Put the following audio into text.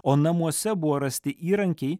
o namuose buvo rasti įrankiai